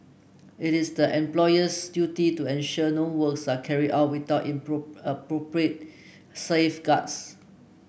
it is the employer's duty to ensure no works are carried out without appropriate safeguards